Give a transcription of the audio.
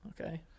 Okay